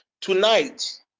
Tonight